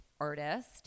artist